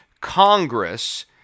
Congress